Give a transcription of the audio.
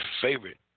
favorite